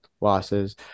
losses